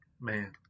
man